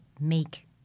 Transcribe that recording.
make